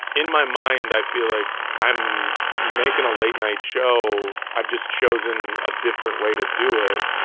in my mind, i feel like i'm making a late-night show. i've just chosen a different way to do it.